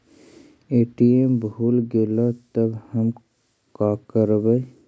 ATM भुला गेलय तब हम काकरवय?